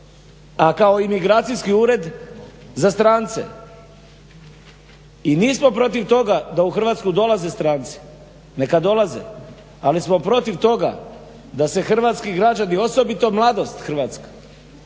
a kao Imigracijski ured za strance. I nismo protiv toga da u Hrvatsku dolaze stranci, neka dolaze, ali smo protiv toga da se hrvatski građani osobito mladost hrvatska